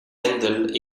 wendel